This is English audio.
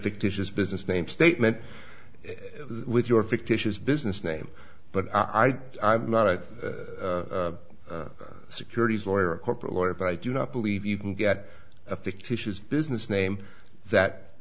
fictitious business name statement with your fictitious business name but i am not a securities lawyer or a corporate lawyer but i do not believe you can get a fictitious business name that